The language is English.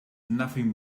nothing